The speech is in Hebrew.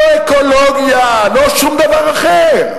לא אקולוגיה, לא שום דבר אחר.